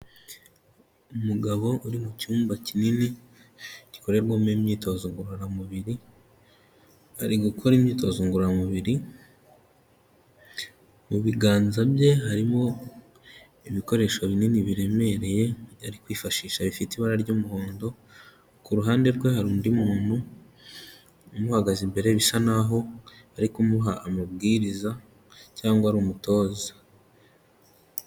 Umugabo uri mu cyumba kinini, gikorerwamo imyitozo ngororamubiri, ari gukora imyitozo ngororamubiri, mu biganza bye harimo ibikoresho binini biremereye, yari ari kwifashisha bifite ibara ry'umuhondo, ku ruhande rwe hari undi muntu umuhagaze imbere bisa n'aho ari kumuha amabwiriza, cyangwa ari umutoza.